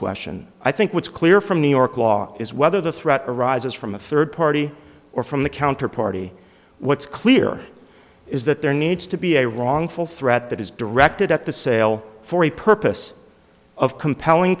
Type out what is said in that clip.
question i think what's clear from new york law is whether the threat arises from a third party or from the counterparty what's clear is that there needs to be a wrongful threat that is directed at the sale for the purpose of compelling